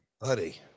buddy